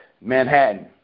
Manhattan